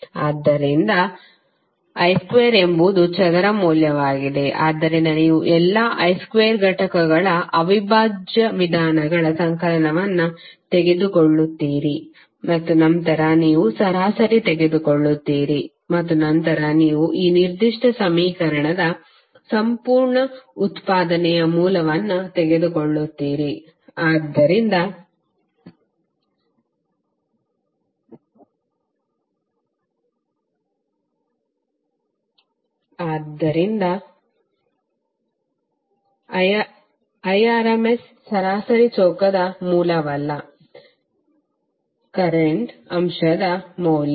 ಆದ್ದರಿಂದ i2 ಎಂಬುದು ಚದರ ಮೌಲ್ಯವಾಗಿದೆ square value ಆದ್ದರಿಂದ ನೀವು ಎಲ್ಲಾ i2 ಘಟಕಗಳ ಅವಿಭಾಜ್ಯ ವಿಧಾನಗಳ ಸಂಕಲನವನ್ನು ತೆಗೆದುಕೊಳ್ಳುತ್ತೀರಿ ಮತ್ತು ನಂತರ ನೀವು ಸರಾಸರಿ ತೆಗೆದುಕೊಳ್ಳುತ್ತೀರಿ ಮತ್ತು ನಂತರ ನೀವು ಈ ನಿರ್ದಿಷ್ಟ ಸಮೀಕರಣದ ಸಂಪೂರ್ಣ ಉತ್ಪಾದನೆಯ ಮೂಲವನ್ನು ತೆಗೆದುಕೊಳ್ಳುತ್ತೀರಿ ಆದ್ದರಿಂದ Irms ಸರಾಸರಿ ಚೌಕದ ಮೂಲವಲ್ಲ ಕರೆಂಟ್ ಅಂಶದ ಮೌಲ್ಯ